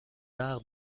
arts